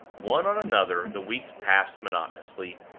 one on another the weeks passed monotonously,